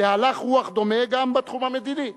להלך רוח דומה גם בתחום המדיני.